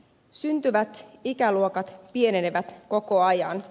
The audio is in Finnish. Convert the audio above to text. syntyvät ikäluokat pienenevät koko ajan